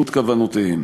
לדמוקרטיה,